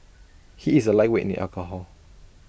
he is A lightweight in alcohol